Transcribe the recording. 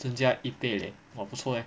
增加一倍 leh !wah! 不错 leh